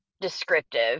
descriptive